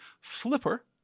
Flipper